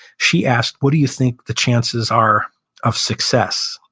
she asked, what do you think the chances are of success?